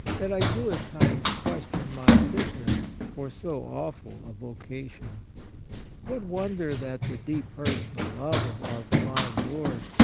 that i do at times question my fitness for so awful a vocation what wonder that the deep personal love of our divine lord,